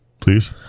please